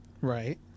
Right